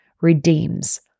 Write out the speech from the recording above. redeems